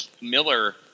Miller